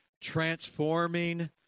transforming